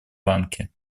ланки